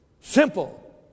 Simple